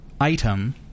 item